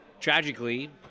tragically